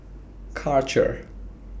Karcher